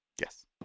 Yes